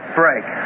break